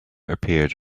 appeared